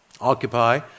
Occupy